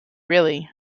really